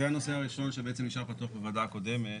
זה הנושא הראשון בעצם נשאר פתוח בוועדה הקודמת.